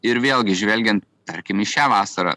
ir vėlgi žvelgiant tarkim į šią vasarą